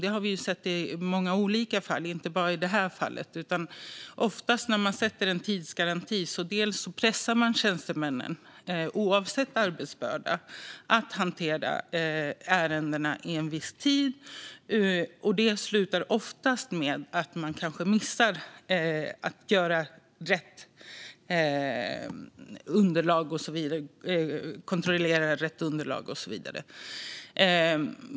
Vi har sett i många olika fall, inte bara i detta fall utan oftast när man sätter en tidsgaranti, att man pressar tjänstemännen, oavsett arbetsbörda, att hantera ärendena inom en viss tid, vilket ofta slutar med att de kanske missar att kontrollera rätt underlag och så vidare.